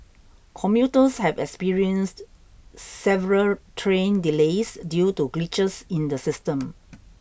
commuters have experienced several train delays due to glitches in the system